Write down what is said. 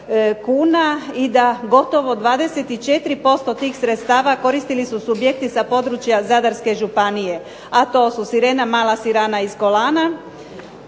i da gotovo 24% tih sredstava koristili su subjekti za područja Zadarske županije, a to su Sirena, Mala sirana iz Kolana,